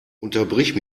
unterbrich